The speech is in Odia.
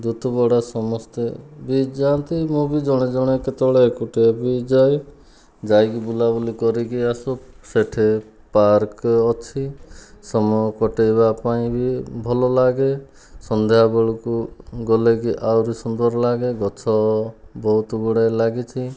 ଦୁତିପଡ଼ା ସମସ୍ତେ ବି ଯାଆନ୍ତି ମୁଁ ବି ଜଣେ ଜଣେ କେତେବେଳେ ଏକୁଟିଆ ବି ଯାଏ ଯାଇକି ବୁଲାବୁଲି କରିକି ଆସୁ ସେଠି ପାର୍କ ଅଛି ସମୟ କଟାଇବା ପାଇଁ ବି ଭଲ ଲାଗେ ସନ୍ଧ୍ୟା ବେଳକୁ ଗଲେ ବି ଆହୁରି ସୁନ୍ଦର ଲାଗେ ଗଛ ବହୁତ ଗୁଡ଼ାଏ ଲାଗିଛି